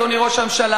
אדוני ראש הממשלה,